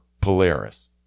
Polaris